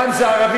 פעם זה ערבים,